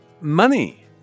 Money